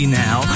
now